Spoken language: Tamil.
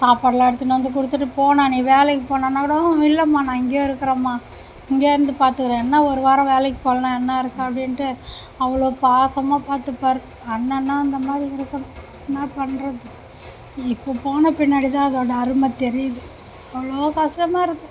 சாப்பாடுலாம் எடுத்துன்னு வந்து கொடுத்துட்டு போண்ணா நீ வேலைக்கு போணும்னாக்கூட இல்லைம்மா நான் இங்கேயேயிருக்குறம்மா இங்கேயேருந்து பாத்துக்கிறேன் என்ன ஒரு வாரம் வேலைக்கு போகலன்னா என்னாருக்கு அப்படின்ட்டு அவ்வளோ பாசமாக பார்த்துப்பாரு அண்ணன்னா அந்தமாதிரி இருக்கணும் என்ன பண்ணுறது இப்போ போன பின்னாடிதான் அதோட அருமை தெரியுது அவ்வளோ கஷ்டமாயிருக்கு